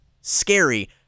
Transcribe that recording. scary